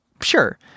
sure